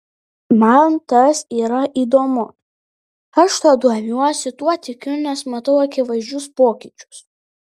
man tas yra įdomu aš tuo domiuosi tuo tikiu nes matau akivaizdžius pokyčius